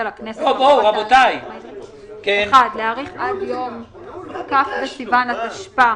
הכנסת: (1).להאריך עד יום כ' בסיון התשפ"א